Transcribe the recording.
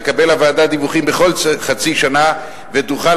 תקבל הוועדה דיווחים כל חצי שנה ותוכל